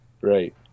Right